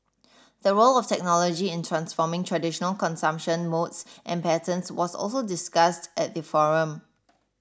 the role of technology in transforming traditional consumption modes and patterns was also discussed at the forum